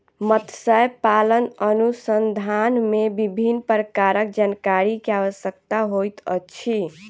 मत्स्य पालन अनुसंधान मे विभिन्न प्रकारक जानकारी के आवश्यकता होइत अछि